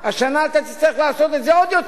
השנה אתה תצטרך לעשות את זה עוד יותר.